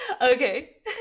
Okay